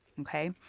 okay